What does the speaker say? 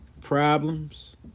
problems